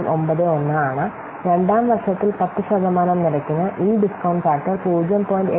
9091 ആണ് രണ്ടാം വർഷത്തിൽ 10 ശതമാനം നിരക്കിന് ഈ ഡിസ്കൌണ്ട് ഫാക്ടർ 0